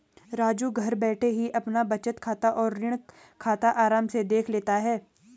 राजू घर बैठे ही अपना बचत खाता और ऋण खाता आराम से देख लेता है